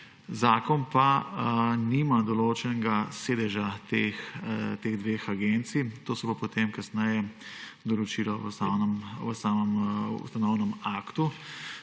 Zakon nima določenega sedeža teh dveh agencij, to se bo potem kasneje določilo v samem ustanovnem aktu,